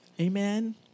Amen